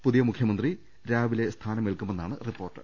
പുതിയ മുഖ്യമന്ത്രി രാവിലെ സ്ഥാനമേൽക്കുമെന്നാണ് റിപ്പോർട്ട്